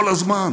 כל הזמן